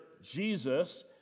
Jesus